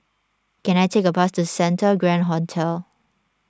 can I take a bus to Santa Grand Hotel